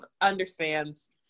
understands